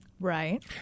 Right